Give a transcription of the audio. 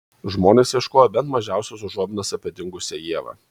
žmonės ieškojo bent mažiausios užuominos apie dingusią ievą